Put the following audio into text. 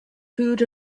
food